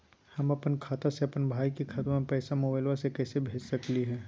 हम अपन खाता से अपन भाई के खतवा में पैसा मोबाईल से कैसे भेज सकली हई?